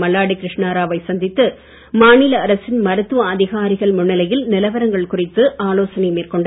மல்லாடி கிருஷ்ணராவை சந்தித்து மாநில அரசின் மருத்துவ அதிகாரிகள் முன்னிலையில் நிலவரங்கள் குறித்து ஆலோசனை மேற்கொண்டனர்